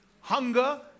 Hunger